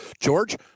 George